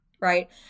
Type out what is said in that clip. right